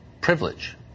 privilege